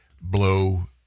blow